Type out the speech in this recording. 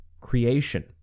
creation